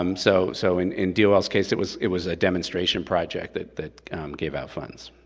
um so so in in dol's case it was it was a demonstration project that that gave out funds.